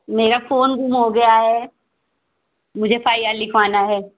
मेरा फोन गुम हो गया है मुझे फाइ आर लिखवाना है